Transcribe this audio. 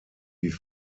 wie